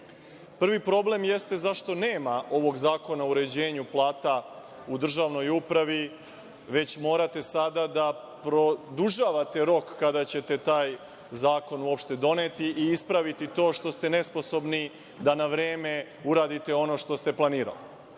Prvi problem jeste zašto nema ovog zakona o uređenju plata u državnoj upravi, već morate sada da produžavate rok kada ćete taj zakon uopšte doneti i ispraviti to što ste nesposobni da na vreme uradite ono što ste planirali? Dakle,